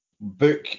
book